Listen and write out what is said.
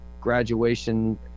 graduation